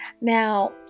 Now